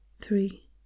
three